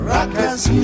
Rockers